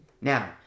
Now